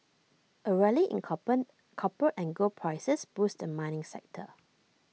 A rally in copper and gold prices boosted the mining sector